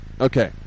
okay